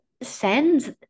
sends